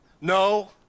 No